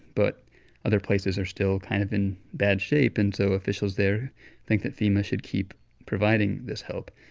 but other places are still kind of in bad shape. and so officials there think that fema should keep providing this help.